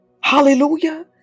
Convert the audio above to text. hallelujah